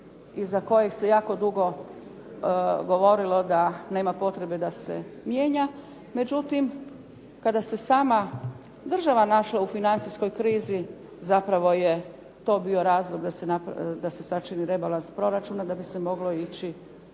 za koji se jako dugo govorilo da nema potrebe da se mijenja. Međutim, kada se sama država našla u financijskoj krizi zapravo je to bio razlog da se sačini rebalans proračuna da bi se moglo ići